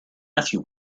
matthew